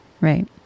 right